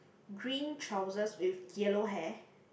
green trousers with yellow hair